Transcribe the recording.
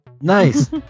Nice